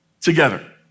together